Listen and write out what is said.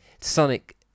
Sonic